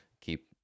keep